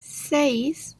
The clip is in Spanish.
seis